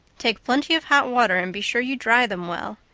take plenty of hot water, and be sure you dry them well.